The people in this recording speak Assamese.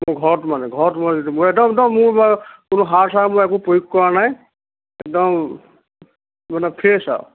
ঘৰত মানে ঘৰত মই একদম একদম মোৰ মানে কোনো সাৰ চাৰ মই একো প্ৰয়োগ কৰা নাই একদম মানে ফ্ৰেছ আৰু